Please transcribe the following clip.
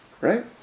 Right